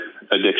addiction